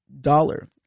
dollar